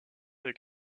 avec